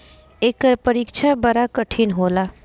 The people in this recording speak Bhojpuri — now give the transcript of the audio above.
एकर परीक्षा बड़ा कठिन होला